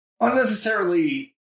Unnecessarily